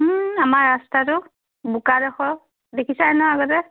আমাৰ ৰাস্তাটো বোকাডখৰ দেখিছায়েই নহয় আগতে